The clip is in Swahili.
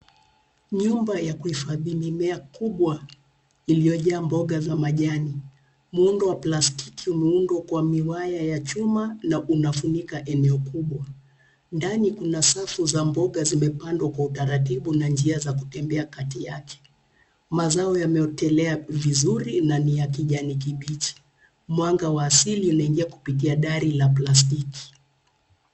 Nyumba ya kuhifadhi mimea kubwa iliyojaa mboga za majani. Muundo wa plastiki umeundwa kwa miwaya ya chuma na unafunika eneo kubwa. Ndani kuna safu za mboga zimepandwa kwa utaratibu na njia za kutembea kati yake. Mazao yameotelea vizuri na ni ya kijani kibichi. Mwanga wa asili unaingia kupitia dari la plastiki.